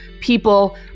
people